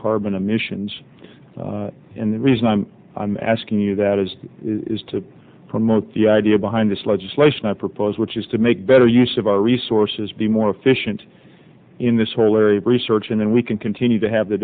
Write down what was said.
carbon emissions in the reason i'm asking you that is is to promote the idea behind this legislation i propose which is to make better use of our resources be more efficient in this whole area of research and then we can continue to have the